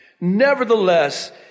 Nevertheless